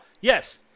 Yes